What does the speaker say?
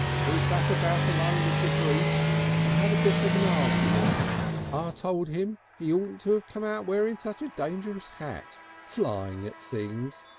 we sat about among the debreece and had a bit of an argument. i told him he oughtn't to come out wearing such a dangerous hat flying at things.